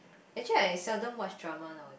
actually I seldom watch drama now